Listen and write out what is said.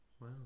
Wow